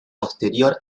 posterior